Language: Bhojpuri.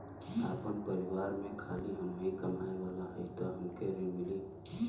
आपन परिवार में खाली हमहीं कमाये वाला हई तह हमके ऋण मिली?